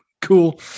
cool